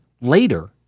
later